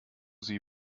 sie